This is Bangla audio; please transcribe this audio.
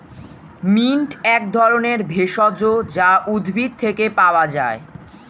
মিন্ট এক ধরনের ভেষজ যা উদ্ভিদ থেকে পাওয় যায়